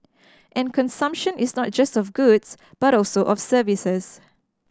and consumption is not just of goods but also of services